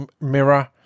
mirror